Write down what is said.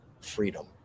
freedom